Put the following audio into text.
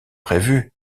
prévu